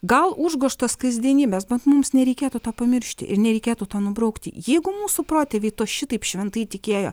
gal užgožtas kasdienybės bet mums nereikėtų to pamiršti ir nereikėtų to nubraukti jeigu mūsų protėviai tuo šitaip šventai tikėjo